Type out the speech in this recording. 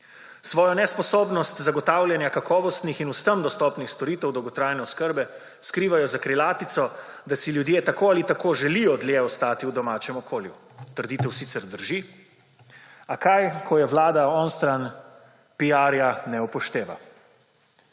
Svojo nesposobnost zagotavljanja kakovostnih in vsem dostopnih storitev dolgotrajne oskrbe, skrivajo za krilatico, da si ljudje tako ali tako želijo dlje ostati v domačem okolju. Trditev sicer drži, a kaj, ko jo Vlada onstran PR-ja, ne upošteva.